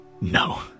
no